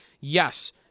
yes